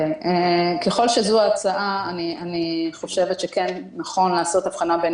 ככל שזו ההצעה אני חושבת שכן נכון לעשות הבחנה בין